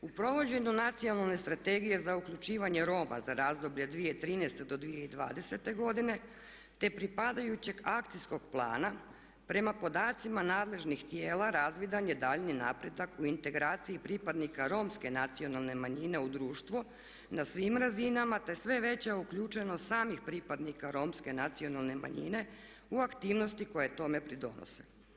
U provođenju Nacionalne strategije za uključivanje Roma za razdoblje 2013. do 2020. godine, te pripadajućeg akcijskog plana prema podacima nadležnih tijela razvidan je daljnji napredak u integraciji pripadnika romske nacionalne manjine u društvo na svim razinama, te sve veća uključenost samih pripadnika romske nacionalne manjine u aktivnosti koje tome pridonose.